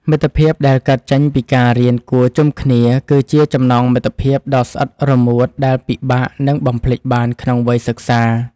មិត្តភាពដែលកើតចេញពីការរៀនគួរជុំគ្នាគឺជាចំណងមិត្តភាពដ៏ស្អិតរមួតដែលពិបាកនឹងបំភ្លេចបានក្នុងវ័យសិក្សា។